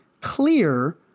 clear